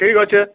ଠିକ୍ ଅଛେ